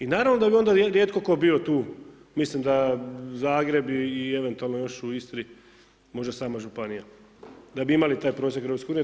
I naravno da bi onda rijetko tko bio tu, mislim da Zagreb i eventualno još u Istri možda sama županija, da bi imali taj prosjek Europske unije.